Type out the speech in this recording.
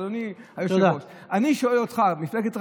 אדוני היושב-ראש, אני שואל אותך, מפלגת רע"מ,